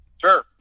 Sure